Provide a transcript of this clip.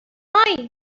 noi